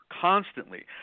constantly